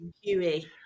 huey